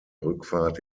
rückfahrt